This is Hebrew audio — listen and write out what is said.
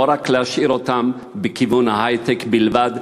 לא להשאיר אותם בכיוון ההיי-טק בלבד,